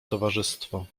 towarzystwo